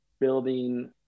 building